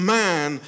man